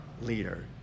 leader